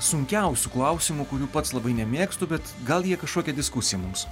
sunkiausių klausimų kurių pats labai nemėgstu bet gal jie kažkokią diskusiją mums